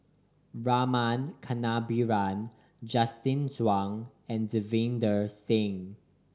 Rama Kannabiran Justin Zhuang and Davinder Singh